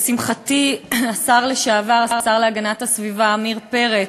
לשמחתי השר לשעבר, השר להגנת הסביבה עמיר פרץ,